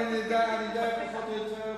אני יודע פחות או יותר.